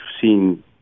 seen